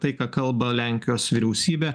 tai ką kalba lenkijos vyriausybė